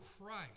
Christ